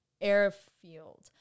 airfield